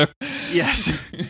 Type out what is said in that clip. Yes